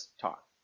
talk